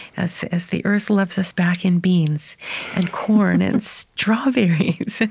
as as the earth loves us back in beans and corn and strawberries.